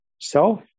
self